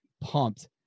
pumped